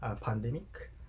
pandemic